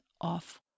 off